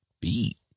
beat